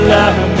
love